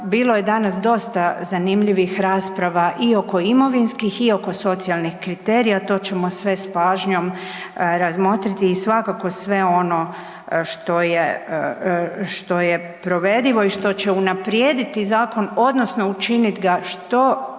bilo je danas dosta zanimljivih rasprava i oko imovinskih i oko socijalnih kriterija, to ćemo sve s pažnjom razmotriti i svakako sve ono što je provedivo i što će unaprijediti zakon odnosno učinit ga što